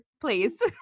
please